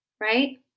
Right